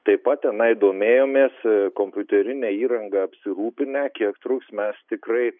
taip pat tenai domėjomės kompiuterine įranga apsirūpinę kiek trūks mes tikrai